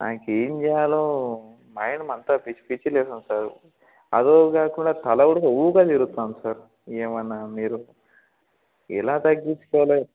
నాకు ఏం చేయాలో మైండ్ అంతా పిచ్చి పిచ్చిగా ఉంటోంది అది కాకుండా తల ఒకటి ఊరికే తరుగుతోంది సార్ ఏమైనా మీరు ఎలా తగ్గించుకోవాలో